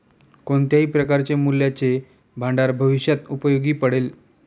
कोणत्याही प्रकारचे मूल्याचे भांडार भविष्यात उपयोगी पडेल